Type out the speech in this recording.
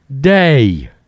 day